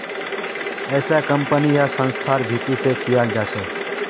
ऐसा कम्पनी या संस्थार भीती से कियाल जा छे